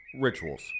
rituals